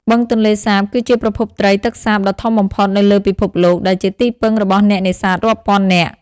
បឹងទន្លេសាប គឺជាប្រភពត្រីទឹកសាបដ៏ធំបំផុតនៅលើពិភពលោក ដែលជាទីពឹងរបស់អ្នកនេសាទរាប់ពាន់នាក់។